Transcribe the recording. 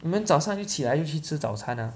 你们早上一起来就去吃早餐 ah